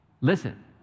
Listen